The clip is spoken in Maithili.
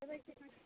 देबै कितनामे